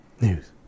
News